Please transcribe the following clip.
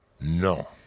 No